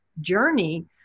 journey